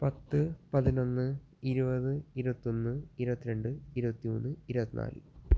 പത്ത് പതിനൊന്ന് ഇരുപത് ഇരുപത്തൊന്ന് ഇരുപത്തി രണ്ട് ഇരുപത്തിമൂന്ന് ഇരുപത്തി നാല്